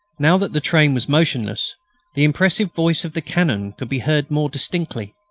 now that the train was motionless the impressive voice of the cannon could be heard more distinctly.